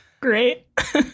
Great